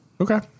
Okay